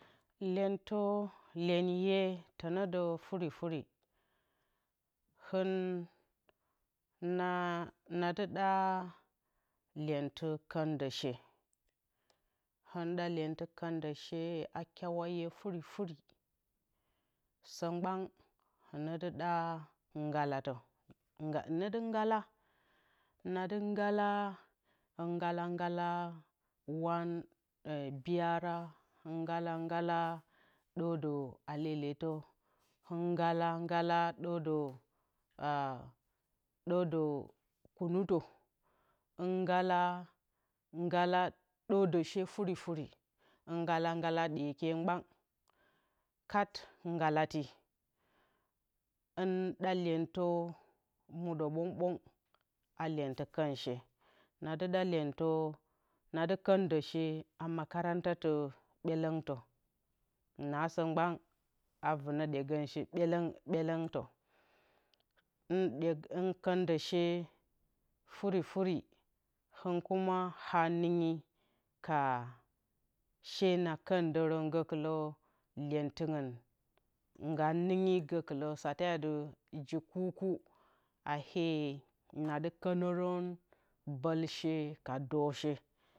Lyentǝ lyenye tǝnǝ dǝ furifuri hɨn nadɨ ɗa a lyentɨ kǝndǝ she, hɨn ɗa lyentɨ kǝndǝ she hɨn ɗa lyentɨ kǝndǝ she a kyewaye furifurisǝ mgban hɨnǝ dɨ ɗa ngalatǝ hɨnǝ dɨ ngala nadɨ nagala. nagalaa hɨn ngala ngalaa wan biyara ngala ngalaa dǝrdǝ aleletǝ, hɨn ngala nagalaa dǝrdǝ kunutǝ, hɨn ngala nagalaa dǝrdǝ she furifuri, hɨn ngala ngala ɗyekye mgban kat nagalati hɨn ɗa lyentǝ mudǝ bǝngbǝng lyenti kǝnshe na dɨ ɗa lyentǝ nadɨ kǝndǝ she a makarantatɨ ɓyelǝntǝ, nasǝ mgban a vɨnǝ ɗyegǝnshe ɓyelǝng ɓyelǝngtǝ. hɨn kǝndǝshe furifuri hɨn kuma haa nɨngyi kaa she na kǝndǝrǝn gǝ lyentɨngɨn nag ninggi nagi ka sate atɨ ji kurkuryi nadɨ kǝnǝrǝn bɨlshe ka dǝrshe